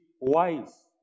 wise